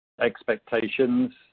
expectations